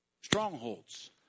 strongholds